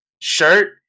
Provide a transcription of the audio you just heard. shirt